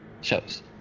shows